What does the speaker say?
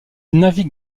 navigue